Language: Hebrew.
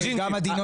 תוכלו